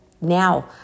now